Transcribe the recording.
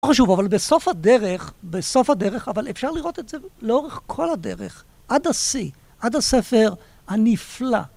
לא חשוב, אבל בסוף הדרך, בסוף הדרך, אבל אפשר לראות את זה לאורך כל הדרך. עד השיא, עד הספר הנפלא.